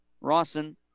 Rawson